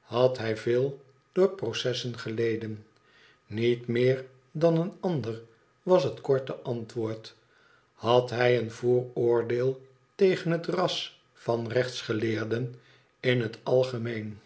had hij veel door processen geleden f niet meer dan een ander was het korte antwoord had hij een vooroordeel tegen het ras van rechtsgeleerden in het algemeen